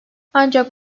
ancak